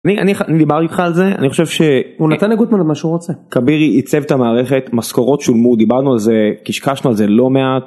אני דיברתי איתך על זה, אני חושב שהוא נתן לגוטמן מה שהוא רוצה, כבירי עיצב את המערכת, משכורות שולמו, דיברנו על זה קשקשנו על זה לא מעט.